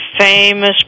famous